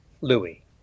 Louis